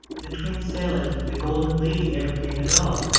the twin sailors and the golden lady never came at all,